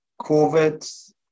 COVID